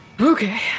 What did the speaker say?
Okay